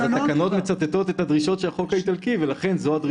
התקנות מצטטות את הדרישות של החוק האיטלקי ולכן זו הדרישה.